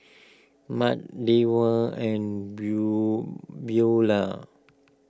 Matt Deward and Brew Beaulah